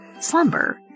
slumber